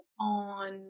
on